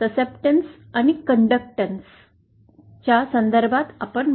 susceptance आणि conductance प्रवेश संवेदनशीलता आणि वर्तणुकीच्या संदर्भात आपण बोलतो